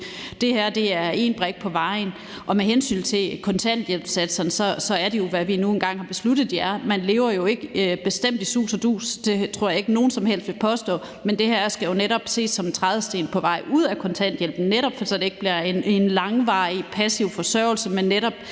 Det her er et skridt på vejen. Med hensyn til kontanthjælpssatserne, så er de jo, hvad vi nu engang har besluttet at de skal være. Man lever jo bestemt ikke i sus og dus på dem – det tror jeg ikke at nogen som helst vil påstå – men det her skal jo netop ses som en trædesten på vej ud af kontanthjælpen, så det ikke bliver en langvarig passiv forsørgelse,